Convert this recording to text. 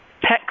pet